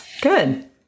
good